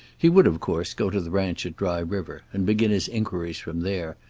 he would, of course, go to the ranch at dry river, and begin his inquiries from there,